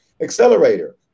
accelerator